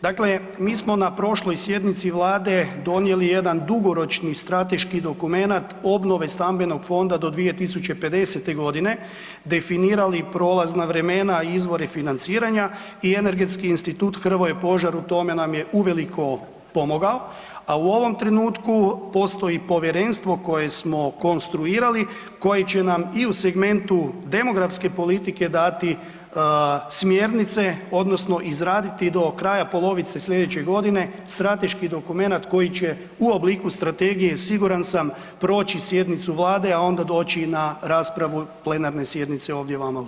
Dakle, mi smo na prošloj sjednici vlade donijeli jedan dugoročni strateški dokumenat obnove stambenog fonda do 2050.g., definirali prolazna vremena i izvore financiranja i Energetski institut Hrvoje Požar u tome nam je uveliko pomogao, a u ovom trenutku postoji povjerenstvo koje smo konstruirali, koje će nam i u segmentu demografske politike dati smjernice odnosno izraditi do kraja polovice slijedeće godine strateški dokumenat koji će u obliku strategije siguran sam proći sjednicu vlade, a onda doći i na raspravu plenarne sjednice ovdje vama u sabor.